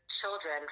children